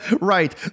right